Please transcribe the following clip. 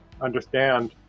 understand